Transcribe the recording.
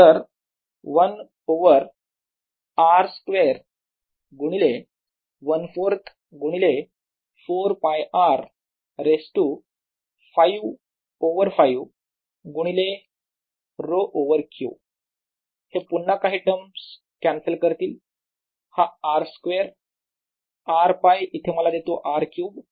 तर 1 over R square गुणिले 1 4थ गुणिले 4 π R रेज टू 5 ओवर 5 गुणिले ρ ओवर Q हे पुन्हा काही टर्म्स कॅन्सल करतील हा R स्क्वेअर R π इथे मला देतो R क्यूब